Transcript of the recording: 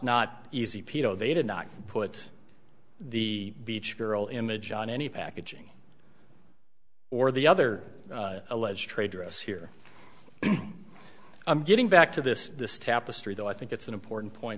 not put the beach girl image on any packaging or the other alleged trade dress here i'm getting back to this this tapestry though i think it's an important point